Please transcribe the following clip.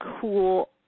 cool